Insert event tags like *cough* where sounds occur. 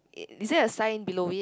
*noise* is there a sign below it